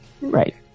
Right